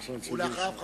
ולאחריו,